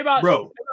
Bro